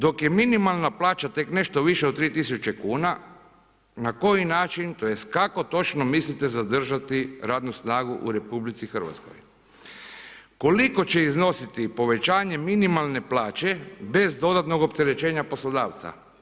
Dok je minimalna plaća tek nešto više od 3.000 kuna na koji način tj. kako točno mislite zadržati radnu snagu u RH, Koliko će iznositi povećanje minimalne plaće bez dodatnog opterećenja poslodavca?